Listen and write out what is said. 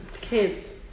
kids